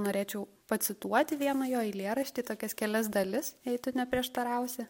norėčiau pacituoti vieną jo eilėraštį tokias kelias dalis jei tu neprieštarausi